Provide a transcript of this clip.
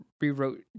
rewrote